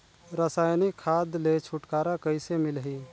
रसायनिक खाद ले छुटकारा कइसे मिलही?